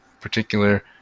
particular